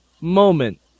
moment